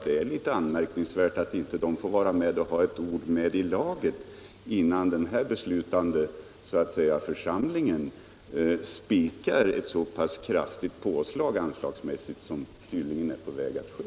Det är litet anmärkningsvärt att forskning 100 inte de får ha ett ord med i laget innan den här beslutande församlingen spikar ett så pass kraftigt anslagsmässigt påslag, vilket tydligen är på väg att ske.